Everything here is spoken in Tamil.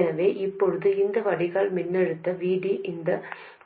எனவே இப்போது இந்த வடிகால் மின்னழுத்தம் VD இந்த